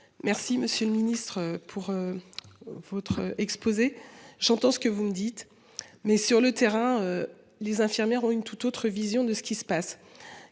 Merci, monsieur le Ministre pour. Votre exposé, j'entends ce que vous me dites mais sur le terrain, les infirmières ont une toute autre vision de ce qui se passe.